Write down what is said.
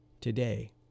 today